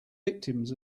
victims